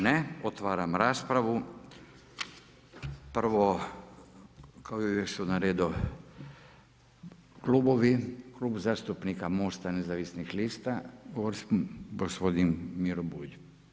Ne, otvaram raspravu, prvo, kao i uvijek su na redu klubovi, klub zastupnika Mosta nezavisnih lista, gospodin Miro Bulj.